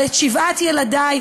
אבל את שבעת ילדי,